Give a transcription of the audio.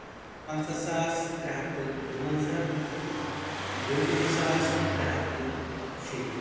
پنٛژاہ ساس ترٛےٚ ہتھ تہٕ دُوَنٛزاہ دۄیتٲجی ساس ترٛےٚ ہتھ تہٕ شیٚیہِ ترٛہ